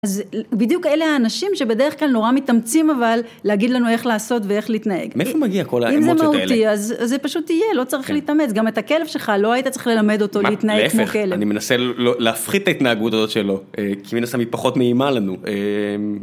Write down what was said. אז בדיוק אלה האנשים שבדרך כלל נורא מתאמצים אבל להגיד לנו איך לעשות ואיך להתנהג. מאיפה מגיע כל האמוציות האלה? אם זה מהותי, אז זה פשוט יהיה, לא צריך להתאמץ. גם את הכלב שלך, לא היית צריכה ללמד אותו להתנהג כמו כלב. מה? להיפך. אני מנסה להפחית ההתנהגות הזאת שלו, כי מן הסתם היא פחות נעימה לנו.